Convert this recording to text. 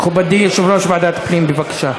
מכובדי יושב-ראש ועדת הפנים, בבקשה.